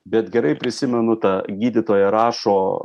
bet gerai prisimenu ta gydytoja rašo